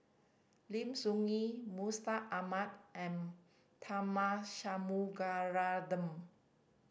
Lim Soo Ngee Mustaq Ahmad and Tharman Shanmugaratnam